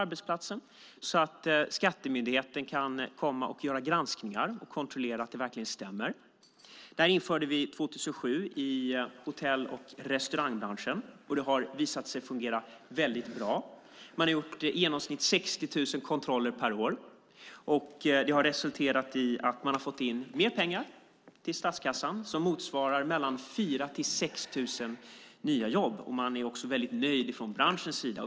Därmed kan skattemyndigheten göra granskningar och kontrollera att det verkligen stämmer. Det här införde vi 2007 i hotell och restaurangbranschen, och det har visat sig fungera väldigt bra. Man har gjort i genomsnitt 60 000 kontroller per år, och det har resulterat i att man har fått in mer pengar till statskassan, som motsvarar 4 000-6 000 nya jobb. Man är också väldigt nöjd från branschens sida.